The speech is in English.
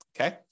Okay